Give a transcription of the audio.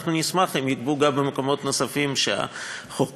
אנחנו נשמח אם יגבו גם במקומות נוספים שהחוק